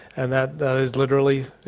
and that that is literally,